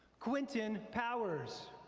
quentin powers,